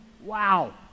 wow